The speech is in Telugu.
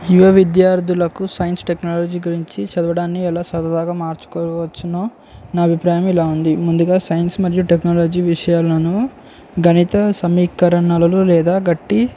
యువ విద్యార్థులకు సైన్స్ టెక్నాలజీ గురించి చదవడాన్ని ఎలా సరదాగా మార్చుకోవచ్చు నా అభిప్రాయం ఇలా ఉంది ముందుగా సైన్స్ మరియు టెక్నాలజీ విషయాలను గణిత సమీకారణాలలో లేదా గట్టి